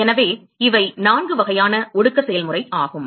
எனவே இவை நான்கு வகையான ஒடுக்க செயல்முறை ஆகும்